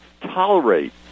tolerate